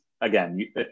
Again